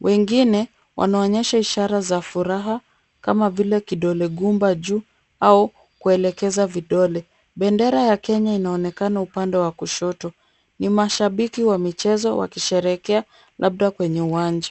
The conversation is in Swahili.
Wengine wanaonyesha ishara za furaha kama vile kidole gumba juu au kuelekeza vidole. Bendera ya Kenya inaonekana upande wa kushoto. Ni mashabiki wa mchezo wakisherekea labda kwenye uwanja.